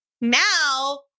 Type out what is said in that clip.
Now